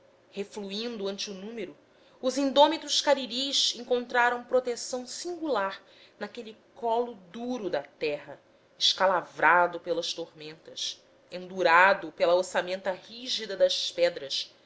refluindo ante o número os indômitos cariris encontraram proteção singular naquele colo duro da terra escalavrado pelas tormentas endurado pela ossamenta rígida das pedras